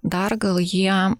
dar gal jie